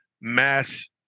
mass